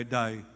die